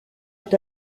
est